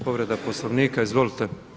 Povreda Poslovnika, izvolite.